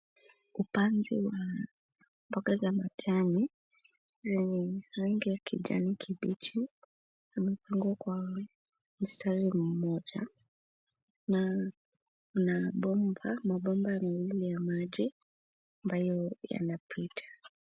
Upanzi wa mboga za matawi zenye rangi ya kijani kibichi yamepangwa kwa mstari mmoja. Na kuna mabomba mawili ya maji ambayo yanapita.